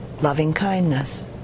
loving-kindness